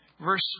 verse